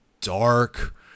dark